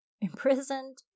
imprisoned